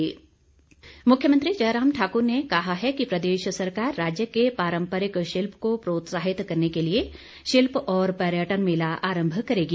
जयराम मुख्यमंत्री जयराम ठाक्र ने कहा है कि प्रदेश सरकार राज्य के पारम्परिक शिल्प को प्रोत्साहित करने के लिए शिल्प और पर्यटन मेला आरंभ करेगी